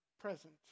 present